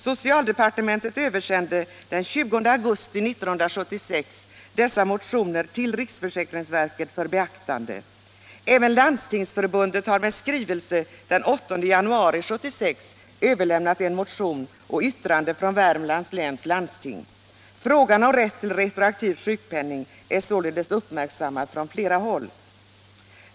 Socialdepartementet översände den 20 augusti 1976 dessa motioner till riksförsäkringsverket för beaktande. Även Landstingsför — Om rätt till bundet har med skrivelse den 8 januari 1976 överlämnat en motion och = retroaktivt sjukpenyttranden från Värmlands läns landsting. Frågan om rätt till retroaktiv — ningtillägg sjukpenning är således uppmärksammad från flera håll.